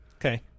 Okay